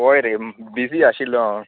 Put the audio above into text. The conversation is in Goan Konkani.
हय रे बिजी आशिल्लो हांव